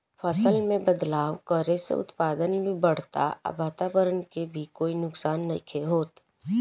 फसल में बदलाव करे से उत्पादन भी बढ़ता आ वातवरण के भी कोई नुकसान नइखे होत